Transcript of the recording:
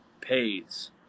pays